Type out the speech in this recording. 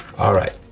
all right,